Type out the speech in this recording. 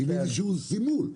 איזשהו סימון.